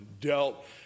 dealt